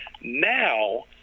Now